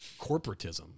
corporatism